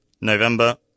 November